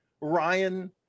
Ryan